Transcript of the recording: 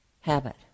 habit